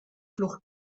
flucht